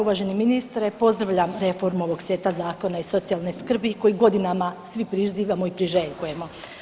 Uvaženi ministre pozdravljam reformu ovog seta zakona iz socijalne skrbi kojeg godinama svi prizivamo i priželjkujemo.